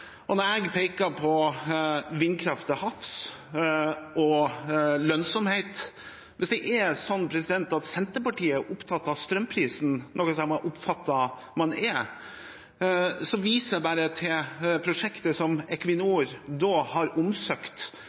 Og når jeg peker på vindkraft til havs og lønnsomhet: Hvis det er sånn at Senterpartiet er opptatt av strømprisen, noe jeg har oppfattet at de er, viser jeg bare til det prosjektet som Equinor har omsøkt